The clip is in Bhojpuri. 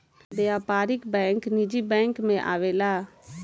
व्यापारिक बैंक निजी बैंक मे आवेला